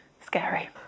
scary